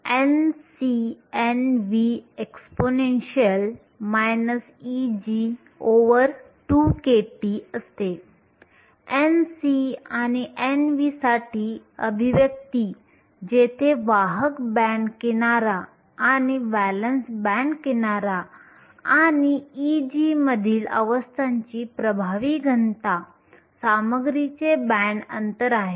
ni NcNv exp Eg2kT Nc आणि Nv साठी अभिव्यक्ती जेथे वाहक बँड किनारा आणि व्हॅलेन्स बँड किनारा आणि Eg मधील अवस्थांची प्रभावी घनता सामग्रीचे बँड अंतर आहे